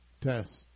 test